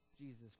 Jesus